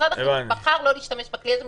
משרד החינוך בחר לא להשתמש בכלי הזה,